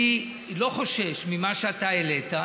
אני לא חושש ממה שאתה העלית.